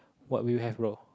what would you have bro